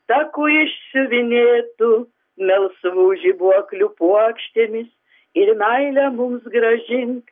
taku išsiuvinėtu melsvu žibuoklių puokštėmis ir meile mums grąžint